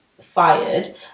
fired